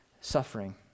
suffering